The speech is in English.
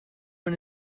one